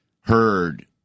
Heard